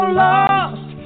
lost